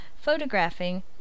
photographing